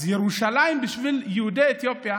אז ירושלים בשביל יהודי אתיופיה